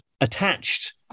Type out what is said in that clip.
attached